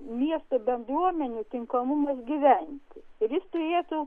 miesto bendruomenių tinkamumas gyventi ir jis turėtų